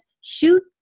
shoot